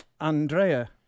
Andrea